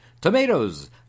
Tomatoes